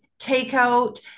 takeout